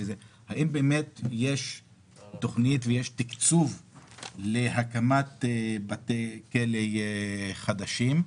האם באמת יש תוכנית ויש תיקצוב להקמת בתי כלא חדשים?